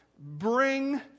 bring